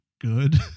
good